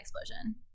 explosion